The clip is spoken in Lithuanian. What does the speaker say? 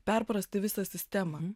perprasti visą sistemą